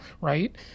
right